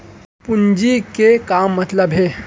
पूंजी के का मतलब हे?